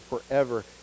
forever